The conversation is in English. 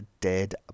dead